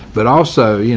but also, you know